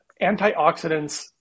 antioxidants